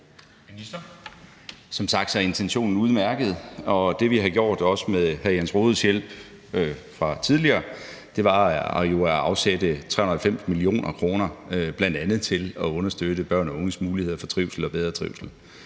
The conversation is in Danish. Som sagt er intentionen udmærket, og det, vi, også med hr. Jens Rohdes hjælp, har gjort tidligere, er jo at afsætte 390 mio. kr. bl.a. til at understøtte børn og unges muligheder for bedre trivsel.